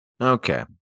Okay